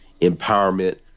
empowerment